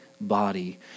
body